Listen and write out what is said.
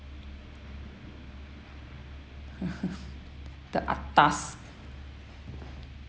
the atas